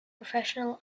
professional